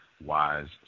Wise